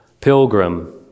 pilgrim